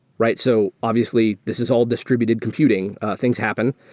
right? so obviously, this is all distributed computing. things happen.